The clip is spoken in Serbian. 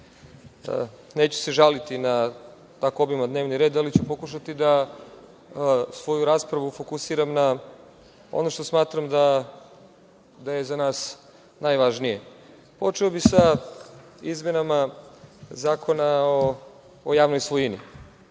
Neću se žaliti na tako obilan dnevni red ali ću pokušati da svoju raspravu fokusiram na ono što smatram da je za nas najvažnije. Počeo bih sa izmenama Zakona o javnoj svojini.